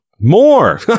More